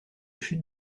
chute